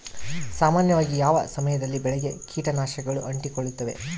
ಸಾಮಾನ್ಯವಾಗಿ ಯಾವ ಸಮಯದಲ್ಲಿ ಬೆಳೆಗೆ ಕೇಟನಾಶಕಗಳು ಅಂಟಿಕೊಳ್ಳುತ್ತವೆ?